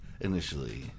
initially